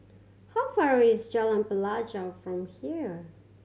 how far away is Jalan Pelajau from here